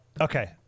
Okay